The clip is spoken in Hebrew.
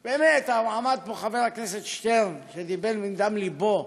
באמת, עמד פה חבר הכנסת שטרן ודיבר מדם לבו.